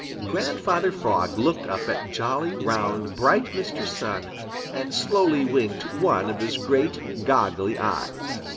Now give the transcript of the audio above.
grandfather frog looked up at jolly, round, bright mr. sun and slowly winked one of his great, goggly eyes.